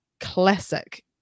classic